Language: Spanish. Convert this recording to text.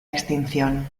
extinción